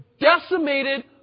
decimated